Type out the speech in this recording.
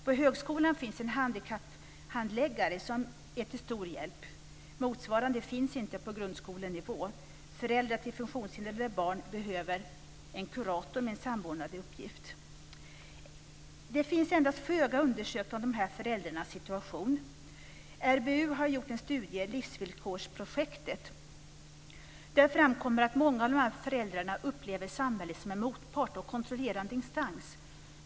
På högskolan finns en handikapphandläggare som är till stor hjälp. Motsvarande finns inte på grundskolenivå. Föräldrar till funktionshindrade barn behöver en kurator med en samordnande uppgift. Det finns endast föga undersökt om dessa föräldrars situation. RBU har gjort en studie, Livsvillkorsprojektet, där det framkommer att många av föräldrarna upplever samhället som en motpart och kontrollerande instans.